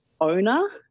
owner